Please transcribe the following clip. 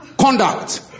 conduct